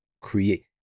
create